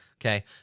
Okay